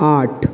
आठ